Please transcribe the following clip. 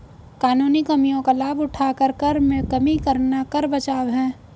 कानूनी कमियों का लाभ उठाकर कर में कमी करना कर बचाव है